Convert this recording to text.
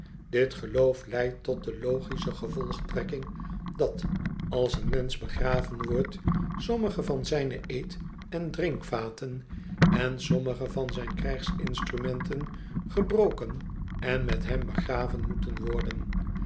dit geloof leidt tot de logische gevolgtrekking dat als een mensch begraven wordt sommige van zijne eet en drinkvaten en sommige van zijne krügsinstrumenten gebroken en met hem begraven moeten worden